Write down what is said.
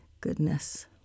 goodness